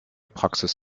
praxis